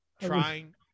trying